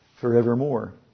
forevermore